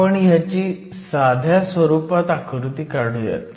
आपण ह्याची साध्या स्वरूपात आकृती काढुयात